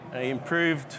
improved